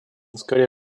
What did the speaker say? скорее